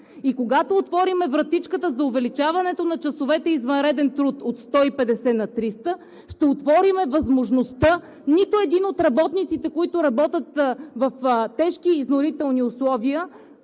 Когато отворим вратичката за увеличаването на часовете извънреден труд от 150 на 300, ще отворим възможността нито един от работниците, които работят в тежки и изнурителни условия,